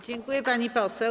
Dziękuję, pani poseł.